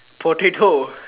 potato